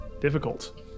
difficult